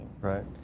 Right